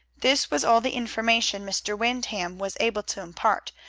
this was all the information mr. windham was able to impart,